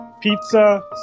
pizza